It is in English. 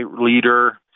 leader